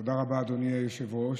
תודה רבה, אדוני היושב-ראש.